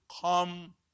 come